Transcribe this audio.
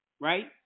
right